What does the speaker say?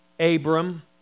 Abram